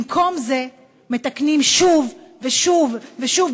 במקום זה מתקנים שוב ושוב ושוב,